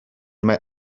mae